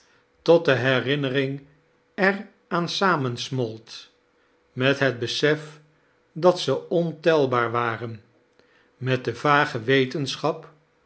tot de herinnering er aan samensmolt met het besef dat ze ontelbaar waren met de vage wetenechap